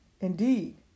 Indeed